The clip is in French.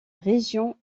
région